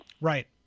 Right